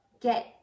get